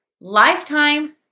lifetime